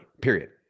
period